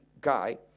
guy